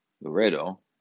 Laredo